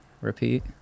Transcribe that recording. repeat